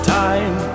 time